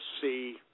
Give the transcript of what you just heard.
see